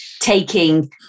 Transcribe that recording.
taking